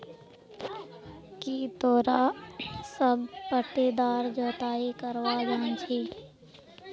की तोरा सब पट्टीदार जोताई करवा जानछी